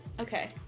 Okay